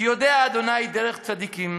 כי יודע אדוני דרך צדיקים